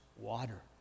water